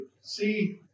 see